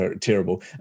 terrible